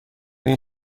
این